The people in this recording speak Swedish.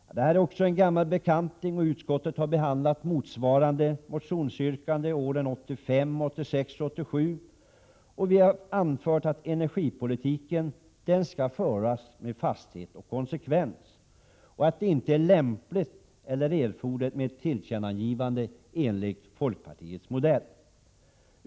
Detta är också en gammal bekant. Utskottet har behandlat motsvarande motionsyrkande åren 1985, 1986 och 1987 och därvid anfört att energipolitiken skall föras med fasthet och konsekvens och att det inte är lämpligt eller erforderligt med ett tillkännagivande enligt folkpartiets modell.